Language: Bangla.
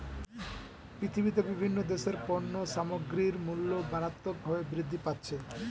পৃথিবীতে বিভিন্ন দেশের পণ্য সামগ্রীর মূল্য মারাত্মকভাবে বৃদ্ধি পাচ্ছে